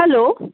hello